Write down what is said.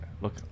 look